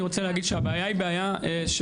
אני רוצה להגיד שהבעיה היא בעיה שחייבים